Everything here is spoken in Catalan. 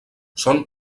són